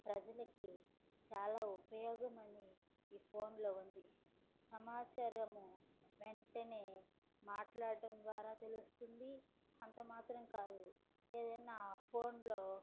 ప్రజలకి చాలా ఉపయోగమని ఈ ఫోన్లో ఉంది సమాచారము వెంటనే మాట్లాడడం ద్వారా తెలుస్తుంది అంతమాత్రం కాదు ఏదైనా ఫోన్లో